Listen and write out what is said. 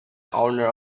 owner